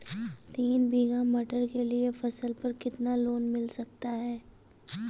तीन बीघा मटर के लिए फसल पर कितना लोन मिल सकता है?